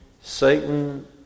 Satan